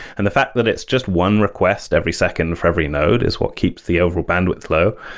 and the fact that it's just one request every second for every node is what keeps the overall bandwidth low.